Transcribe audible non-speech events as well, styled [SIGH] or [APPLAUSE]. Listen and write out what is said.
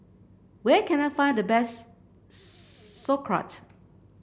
where can I find the best [HESITATION] Sauerkraut